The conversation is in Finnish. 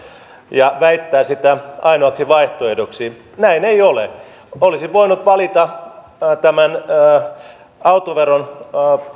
ja väittää sitä ainoaksi vaihtoehdoksi näin ei ole olisi voinut valita autoveron